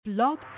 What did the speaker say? Blog